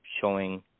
showing